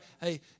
Hey